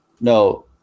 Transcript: no